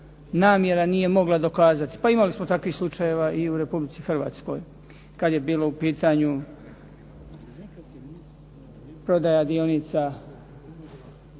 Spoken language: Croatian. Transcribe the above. namjera nije mogla dokazati. Pa imali smo takvih slučajeva i u Republici Hrvatskoj kada je bilo u pitanju prodaja dionica